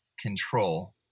control